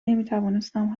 نمیتوانستم